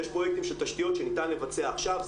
תשתיות ניתן לבצע עכשיו,